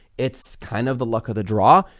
it's kind of the luck of the draw.